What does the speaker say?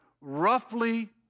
roughly